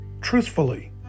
truthfully